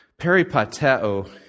Peripateo